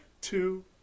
Two